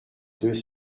deux